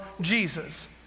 Jesus